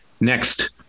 Next